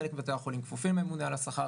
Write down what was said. חלק מבתי החולים כפופים לממונה על השכר,